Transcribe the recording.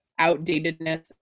outdatedness